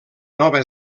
nova